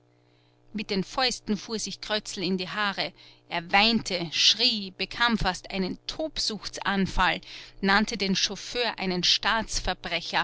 mit den fäusten fuhr sich krötzl in die haare er weinte schrie bekam fast einen tobsuchtsanfall nannte den chauffeur einen